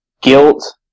guilt